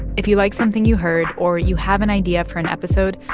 if you like something you heard or you have an idea for an episode,